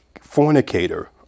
fornicator